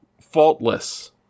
faultless